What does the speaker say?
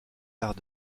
arts